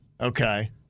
Okay